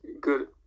good